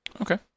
okay